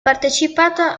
partecipato